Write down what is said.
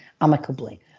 amicably